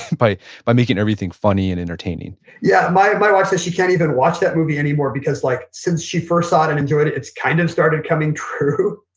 by by making everything funny and entertaining yeah my my wife says she can't even watch that movie anymore because like since she first saw it and enjoyed it, it's kind of started coming true.